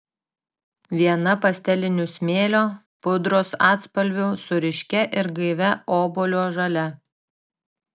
viena pastelinių smėlio pudros atspalvių su ryškia ir gaivia obuolio žalia